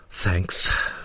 Thanks